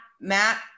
Matt